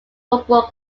football